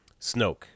Snoke